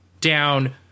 down